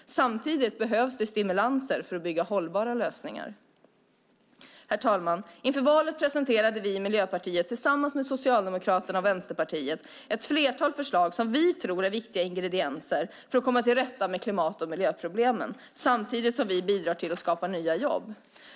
Samtidigt behövs det stimulanser för att bygga hållbara lösningar. Herr talman! Inför valet presenterade vi i Miljöpartiet tillsammans med Socialdemokraterna och Vänsterpartiet ett flertal förslag som vi tror är viktiga ingredienser för att komma till rätta med klimat och miljöproblemen samtidigt som de bidrar till att skapa nya jobb.